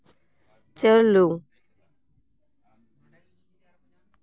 ᱪᱟᱹᱞᱩ